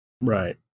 Right